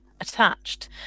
attached